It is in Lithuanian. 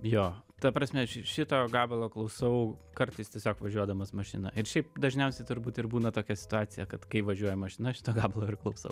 jo ta prasme šito gabalo klausau kartais tiesiog važiuodamas mašina ir šiaip dažniausiai turbūt ir būna tokia situacija kad kai važiuoja mašina šito gabalo ir klausau